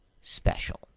special